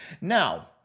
now